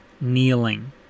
kneeling